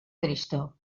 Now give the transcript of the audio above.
tristor